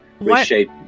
reshape